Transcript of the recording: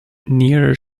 nearer